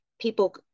people